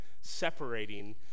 separating